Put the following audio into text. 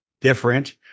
different